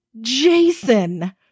Jason